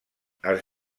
els